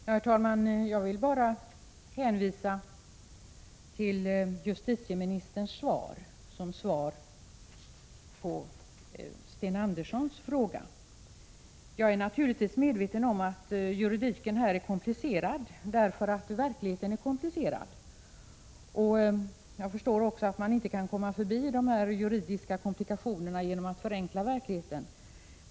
Herr talman! Jag vill bara hänvisa till justitieministerns interpellationssvar när jag kommenterar vad Sten Andersson i Malmö sade. Naturligtvis är jag medveten om att juridiken härvidlag är komplicerad, därför att verkligheten är komplicerad. Jag förstår också att man inte kan komma förbi de juridiska komplikationerna genom att förenkla verkligheten.